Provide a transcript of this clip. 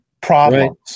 problems